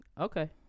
Okay